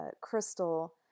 Crystal